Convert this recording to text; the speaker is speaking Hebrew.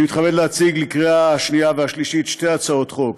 אני מתכבד להציג לקריאה שנייה ושלישית שתי הצעות חוק: